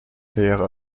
karriere